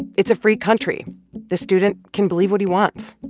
it's a free country the student can believe what he wants.